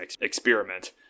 experiment